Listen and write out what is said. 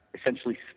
essentially